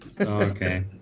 okay